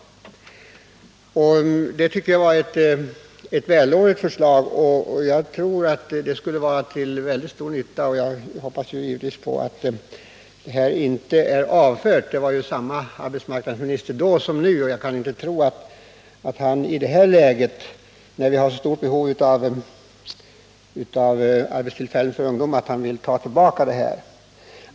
Det tycker jag var ett vällovligt förslag, och jag tror att det skulle vara till stor nytta. Jag hoppas givetvis att detta förslag inte är avfört — det var ju samma arbetsmarknadsminister då som nu. Jag kan inte tro att han i nuvarande läge, när vi har så stort behov av arbetstillfällen för ungdom, vill ta tillbaka det.